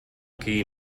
qui